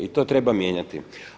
I to treba mijenjati.